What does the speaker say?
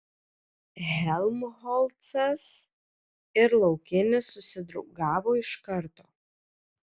helmholcas ir laukinis susidraugavo iš karto